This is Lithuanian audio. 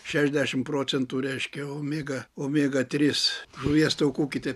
šešiasdešim procentų reiškia omega omega tris žuvies taukų kitaip